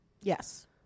Yes